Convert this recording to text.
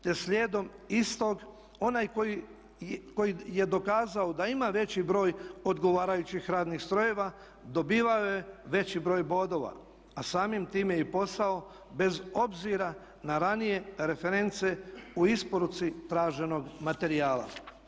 Te slijedom istog onaj koji je dokazao da ima veći broj odgovarajućih radnih strojeva dobivao je veći broj bodova, a samim time i posao bez obzira na ranije reference u isporuci traženog materijala.